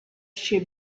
she